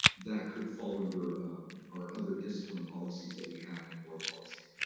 that could fall under our other discipline policies that we have in board policy.